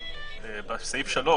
חושב שבסעיף (3),